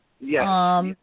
Yes